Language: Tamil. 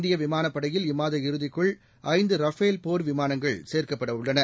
இந்திய விமானப்படையில் இம்மாத இறுதிக்குள் ஐந்து ரஃபேல் போர் விமானங்கள் சேர்க்கப்படவுள்ளன